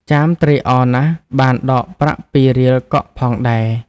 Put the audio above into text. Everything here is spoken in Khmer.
ចាមត្រេកអរណាស់បានដកប្រាក់ ២ រៀលកក់ផងដែរ។